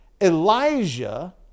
Elijah